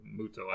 Muto